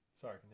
Sorry